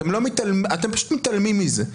אתם פשוט מתעלמים מזה.